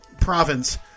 province